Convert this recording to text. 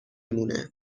مونه